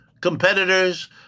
competitors